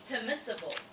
permissible